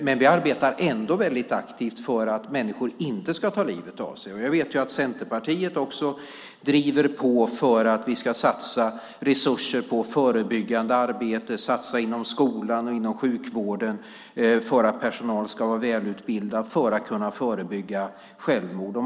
Men vi arbetar ändå väldigt aktivt för att människor inte ska ta livet av sig. Jag vet att också Centerpartiet driver på för att vi ska satsa resurser på förebyggande arbete, satsa inom skolan och inom sjukvården för att personalen ska vara välutbildad för att kunna förebygga självmord.